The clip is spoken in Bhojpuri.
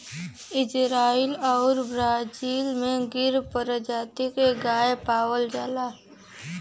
इजराइल आउर ब्राजील में गिर परजाती के गाय पावल जाला